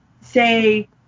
say